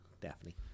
Daphne